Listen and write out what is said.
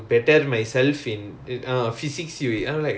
physics U_E